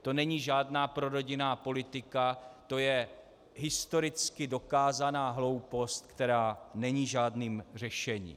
To není žádná prorodinná politika, to je historicky dokázaná hloupost, která není žádným řešením.